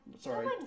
Sorry